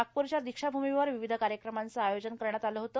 नागप्रच्या दीक्षाभूमीवर विविध कार्यक्रमाचे आयोजन करण्यात आले होते